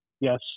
Yes